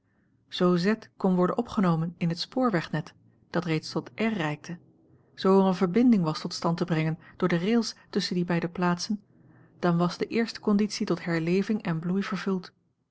z kon worden opgenomen in het spoorwegnet dat reeds tot r reikte zoo er eene verbinding was tot stand te brengen door de rails tusschen die beide plaatsen dan was de eerste conditie tot herleving en bloei vervuld